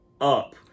up